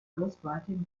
ghostwriting